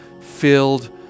filled